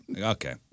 Okay